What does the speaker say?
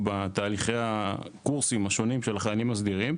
בתהליכי הקורסים השונים של החיילים הסדירים.